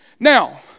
Now